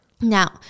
Now